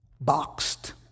boxed